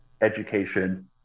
education